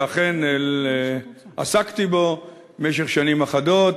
שאכן עסקתי בו במשך שנים אחדות.